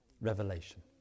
revelation